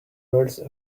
words